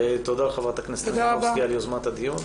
תודה, חברת הכנסת מלינובסקי על יוזמת הדיון.